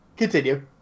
Continue